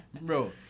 Bro